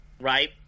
right